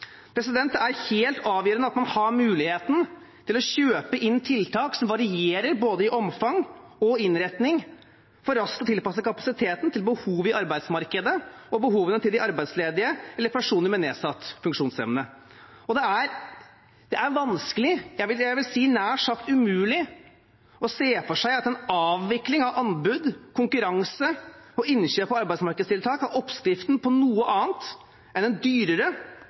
Det er helt avgjørende at man har muligheten til å kjøpe inn tiltak som varierer både i omfang og innretning, for raskt å tilpasse kapasiteten til behov i arbeidsmarkedet og behovene til de arbeidsledige eller personer med nedsatt funksjonsevne. Det er vanskelig, jeg vil si nær sagt umulig, å se for seg at en avvikling av anbud, konkurranse og innkjøp av arbeidsmarkedstiltak er oppskriften på noe annet enn en dyrere,